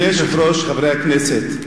אדוני היושב-ראש, חברי הכנסת,